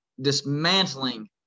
dismantling